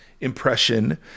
impression